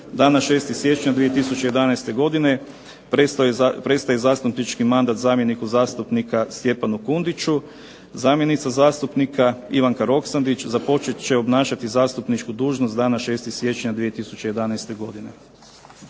Dana 6. siječnja 2011. godine prestaje zastupnički mandat zamjeniku zastupnika Stjepanu Kundiću, zamjenica zastupnika Ivanka Roksandić započeti će obnašati zastupničku dužnost dana 6. siječnja 2011. godine.